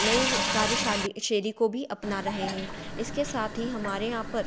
नई कार्यशाली शैली को भी अपना रहे हैं इसके साथ ही हमारे यहाँ पर